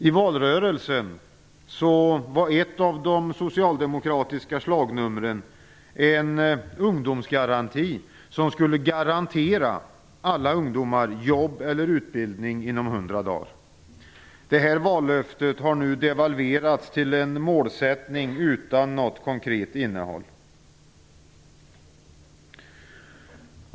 I valrörelsen var ett av de socialdemokratiska slagnumren en ungdomsgaranti som skulle garantera alla ungdomar jobb eller utbildning inom 100 dagar. Detta vallöfte har nu devalverats till en målsättning utan något konkret innehåll.